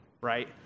right